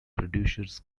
producers